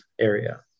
area